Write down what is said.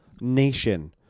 nation